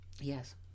Yes